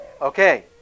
Okay